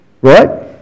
Right